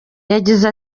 yagize